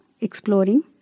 exploring